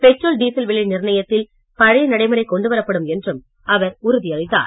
petrol diesel விலை நிர்ணயித்தில் பழைய நடைமுறை கொண்டுவரப்படும் என்றும் அவர் உறுதியளித்தார்